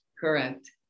Correct